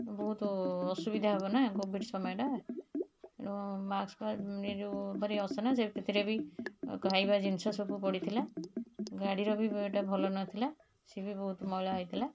ବହୁତ ଅସୁବିଧା ହବନା କୋଭିଡ଼୍ ସମୟଟା ଏଣୁ ମାସ୍କ୍ ଫାସ୍କ ଏଇ ଯେଉଁ ଭାରି ଅସନା ସେଥିରେ ବି ଖାଇବା ଜିନିଷ ସବୁ ପଡ଼ିଥିଲା ଗାଡ଼ିର ବି ଏଟା ଭଲ ନଥିଲା ସିଏ ବି ବହୁତ ମଇଳା ହେଇଥିଲା